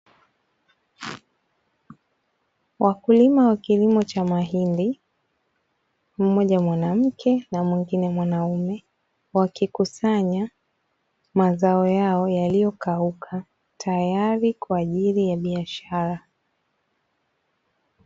Wakulima wa kilimo cha mahindi mmoja mwanamke na mwingine mwanaume, wakikusanya mazao yao yaliyokauka tayari kwa ajili ya biashara.